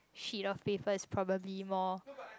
sheet of paper is probably more